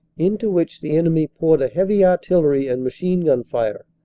into which the enemy poured a heavy artillery and machine-gun fire,